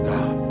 God